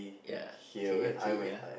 ya okay okay ya